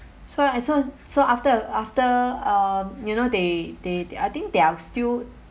so I so so after after um you know they they I think they are still